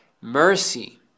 mercy